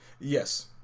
yes